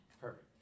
Perfect